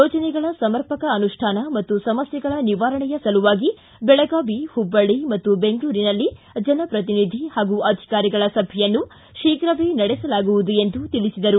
ಯೋಜನೆಗಳ ಸಮರ್ಪಕ ಅನುಷ್ಯಾನ ಹಾಗೂ ಸಮಸ್ಕೆಗಳ ನಿವಾರಣೆಯ ಸಲುವಾಗಿ ಬೆಳಗಾವಿ ಹುಬ್ಬಳ್ಳಿ ಮತ್ತು ಬೆಂಗಳೂರಿನಲ್ಲಿ ಜನಪ್ರತಿನಿಧಿ ಹಾಗೂ ಅಧಿಕಾರಿಗಳ ಸಭೆಯನ್ನು ಶೀಘವೇ ನಡೆಸಲಾಗುವುದು ಎಂದು ತಿಳಿಸಿದರು